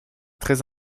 très